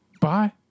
Bye